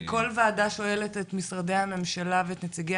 אני בכל ועדה שואלת את משרדי הממשלה ואת נציגי